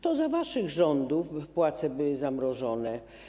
To za waszych rządów płace były zamrożone.